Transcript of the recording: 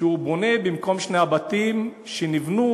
שהוא בונה, במקום שני הבתים שנבנו